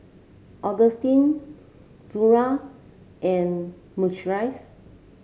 Augustin Zaire and Maurice